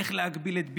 איך להגביל את ביבי,